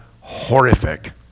horrific